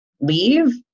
leave